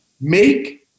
Make